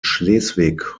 schleswig